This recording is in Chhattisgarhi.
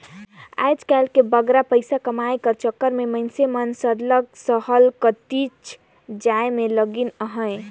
आएज काएल बगरा पइसा कमाए कर चक्कर में मइनसे मन सरलग सहर कतिच जाए में लगिन अहें